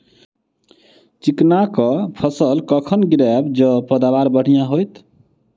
चिकना कऽ फसल कखन गिरैब जँ पैदावार बढ़िया होइत?